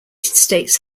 states